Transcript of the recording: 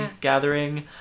gathering